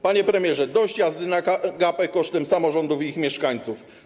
Panie premierze, dość jazdy na gapę kosztem samorządów i ich mieszkańców.